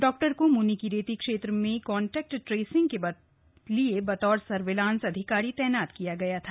doctor को मुनिकीरेती क्षेत्र में कांटेक्ट ट्रेसिंग के लिए बतौर सर्विलांस अधिकारी तैनात किया गया था